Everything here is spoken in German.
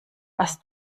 was